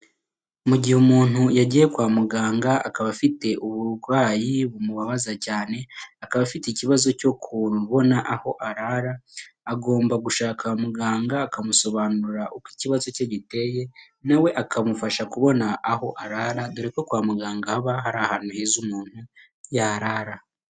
Mugihe umuntu yagiye kwa muganga akaba afite uburwayi bumubabaza cyane, akaba afite ikibazo cyo kubona aho arara, agomba gushaka muganga akamusobanurira uko ikibazo giteye nawe akamufasha kubona aho arara doreko kwa muganga haba hari ahantu heza umuntu yarara.